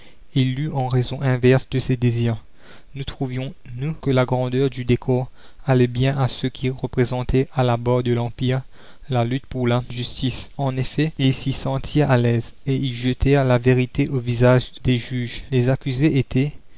l'eut en raison inverse de ses désirs nous trouvions nous que la grandeur du décor allait bien à ceux qui représentaient à la barre de l'empire la lutte pour la justice en effet ils s'y sentirent à l'aise et y jetèrent la vérité au visage des juges les accusés étaient